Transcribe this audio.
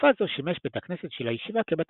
בתקופת זו שימש בית הכנסת של הישיבה כבית